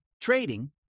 trading